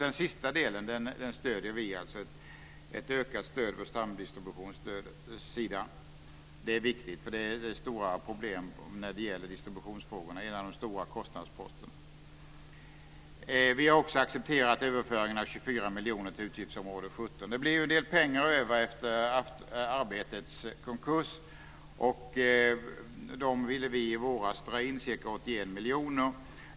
Vi ställer oss bakom ett sådant stöd. Det är viktigt, för det finns stora problem med distributionsfrågorna. Det är en av de stora kostnadsposterna. Vi har accepterat överföringen på 24 miljoner till utgiftsområde 17. Det blev ju en del pengar över efter tidningen Arbetets konkurs. Det var ca 81 miljoner som vi i våras ville dra in.